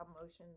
emotions